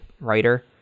writer